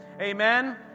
Amen